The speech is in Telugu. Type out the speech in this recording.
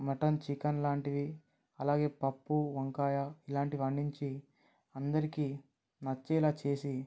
మటన్ చికెన్ లాంటివి అలాగే పప్పు వంకాయ ఇలాంటివి వండించి అందరికి నచ్చేలాగా చేసి